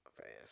fast